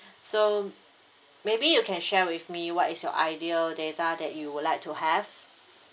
so maybe you can share with me what is your ideal data that you would like to have